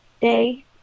day